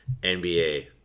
NBA